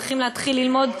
צריכים להתחיל ללמוד,